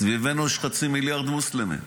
סביבנו יש חצי מיליארד מוסלמים.